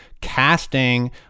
casting